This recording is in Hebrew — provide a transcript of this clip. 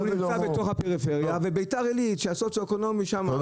צריך להבדיל בין מה שפגע באנשים לבין מה שדורשים לשפר.